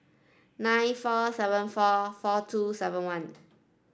nine four seven four four two seven one